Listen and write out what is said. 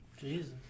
Jesus